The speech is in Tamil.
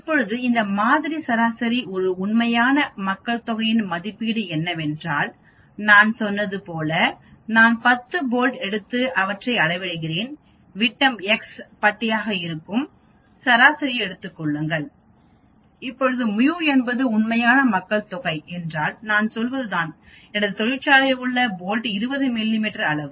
இப்போது இந்த மாதிரி சராசரி ஒரு உண்மையான மக்கள்தொகையின் மதிப்பீடு என்னவென்றால் நான் சொன்னது போல் நான் 10 போல்ட் எடுத்து அவற்றை அளவிடுகிறேன் விட்டம் எக்ஸ் பட்டியாக இருக்கும் சராசரியை எடுத்துக் கொள்ளுங்கள் இப்போது μ என்பது உண்மையான மக்கள் தொகை என்றால் நான் சொல்வதுதான் எனது தொழிற்சாலையில் உள்ள போல்ட் 20 மிமீ அளவு